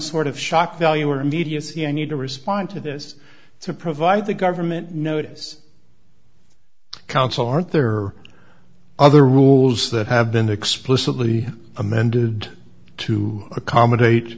sort of shock value or immediacy a need to respond to this to provide the government notice counsel aren't there are other rules that have been explicitly amended to accommodate